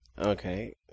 Okay